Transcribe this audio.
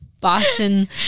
boston